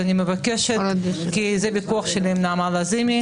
אני מבקשת, כי זה ויכוח שלי עם נעמה לזימי.